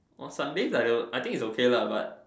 orh sundaes I don't I think it's okay lah but